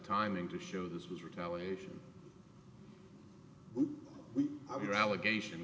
timing to show this was retaliation we have your allegation